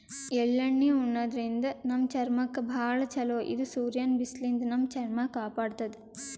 ಎಳ್ಳಣ್ಣಿ ಉಣಾದ್ರಿನ್ದ ನಮ್ ಚರ್ಮಕ್ಕ್ ಭಾಳ್ ಛಲೋ ಇದು ಸೂರ್ಯನ್ ಬಿಸ್ಲಿನ್ದ್ ನಮ್ ಚರ್ಮ ಕಾಪಾಡತದ್